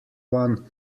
one